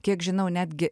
kiek žinau netgi